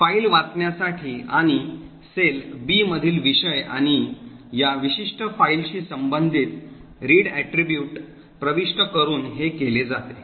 file वाचण्यासाठी आणि cell B मधील विषय आणि या विशिष्ट फाइलशी संबंधित वाचन गुणधर्म प्रविष्ट करुन हे केले जाते